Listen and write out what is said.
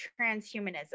transhumanism